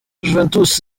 juventus